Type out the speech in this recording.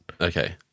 Okay